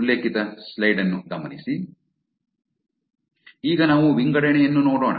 ಈಗ ನಾವು ವಿಂಗಡಣೆಯನ್ನು ನೋಡೋಣ